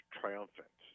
triumphant